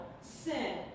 sin